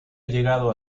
llegado